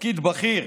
תפקיד בכיר,